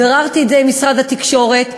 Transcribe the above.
ביררתי את זה עם משרד התקשורת,